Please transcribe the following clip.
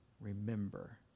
Remember